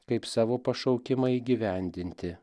kaip savo pašaukimą įgyvendinti